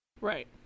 Right